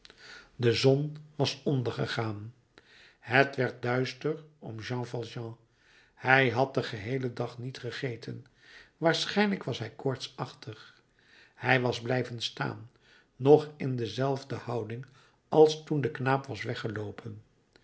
de zon was ondergegaan het werd duister om jean valjean hij had den geheelen dag niet gegeten waarschijnlijk was hij koortsachtig hij was blijven staan nog in dezelfde houding als toen de knaap was